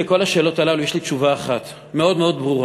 על כל השאלות הללו יש לי תשובה אחת מאוד מאוד ברורה: